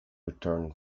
return